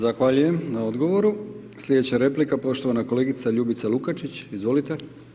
Zahvaljujem na odgovoru, slijedeća replika poštovana kolegica Ljubica Lukačić, izvolite.